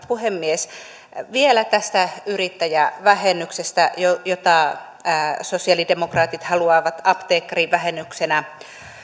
puhemies vielä tästä yrittäjävähennyksestä jota sosialidemokraatit haluavat apteekkarivähennyksenä